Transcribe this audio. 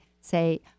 say